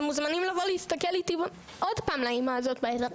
אתם מוזמנים לבוא ולהסתכל איתי עוד פעם לאימא הזאת בעיניים.